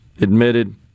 admitted